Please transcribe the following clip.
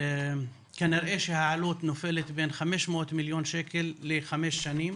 כנראה שהעלות נופלת בין 500 מיליון שקל לחמש שנים,